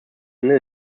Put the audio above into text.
ende